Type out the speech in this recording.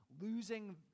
losing